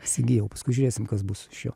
įsigijau paskui žiūrėsim kas bus iš jo